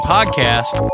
Podcast